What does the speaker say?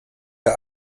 der